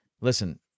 listen